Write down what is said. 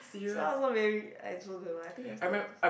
so I also very I also don't know I think last time